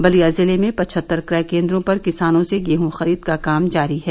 बलिया जिले में पचहत्तर क्रय केंद्रों पर किसानों से गेह ं खरीद का काम जारी है